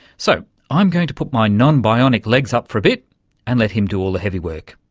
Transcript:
so i'm going to put my non-bionic legs up for a bit and let him do all the heavy work.